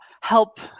help